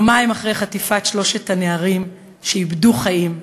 יומיים אחרי חטיפת שלושת הנערים שאיבדו חיים,